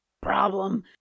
problem